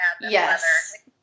Yes